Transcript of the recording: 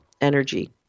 energy